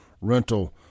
Rental